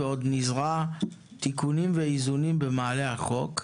עוד נזרע תיקונים ואיזונים במעלה החוק.